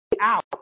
out